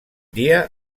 dia